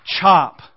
chop